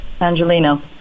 Angelino